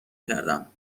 کردم